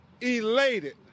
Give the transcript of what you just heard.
elated